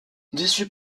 déçu